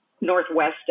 Northwest